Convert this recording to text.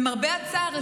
למרבה הצער,